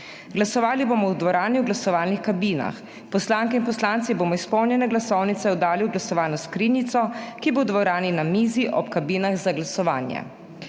Glasovali bomo v dvorani v glasovalnih kabinah. Poslanke in poslanci bomo izpolnjene glasovnice oddali v glasovalno skrinjico, ki bo v dvorani na mizi ob kabinah za glasovanje.